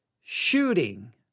shooting